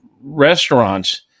restaurants